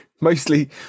mostly